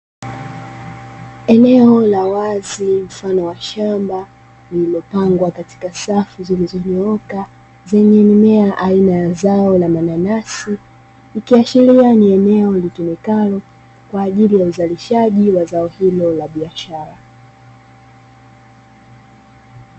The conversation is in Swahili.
Eneo la wazi mfano wa shamba, lililopangwa katika safu zilizonyooka zenye mimea ya zao aina ya mananasi, ikiashiria ni eneo litumikalo kwa ajili ya uzalishaji wa zao hili la biashara.